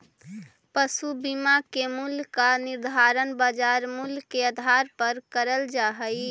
पशु बीमा के मूल्य का निर्धारण बाजार मूल्य के आधार पर करल जा हई